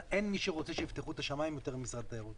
אין מי שרוצה שיפתחו את השמים יותר ממשרד התיירות.